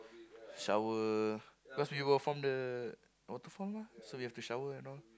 shower cause we were from the waterfall mah so we have to shower and all